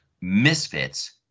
Misfits